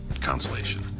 consolation